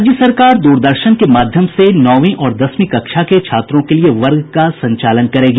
राज्य सरकार दूरदर्शन के माध्यम से नौवीं और दसवीं कक्षा के छात्रों के लिए वर्ग का संचालन करेगी